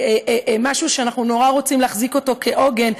ומשהו שאנחנו נורא רוצים להחזיק אותו כעוגן,